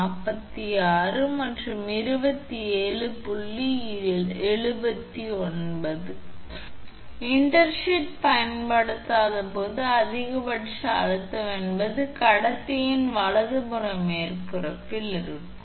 79 intersheath பயன்படுத்தும் போது இது அதிகபட்சம் குறைந்தபட்சம் இன்டர்ஷீத் பயன்படுத்தாத போது அதிகபட்ச அழுத்தம் என்பது கடத்தியின் வலதுபுற மேற்பரப்பில் இருக்கும்